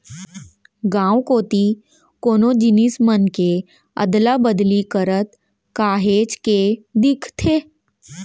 गाँव कोती कोनो जिनिस मन के अदला बदली करत काहेच के दिखथे